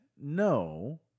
no